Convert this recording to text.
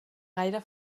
gaire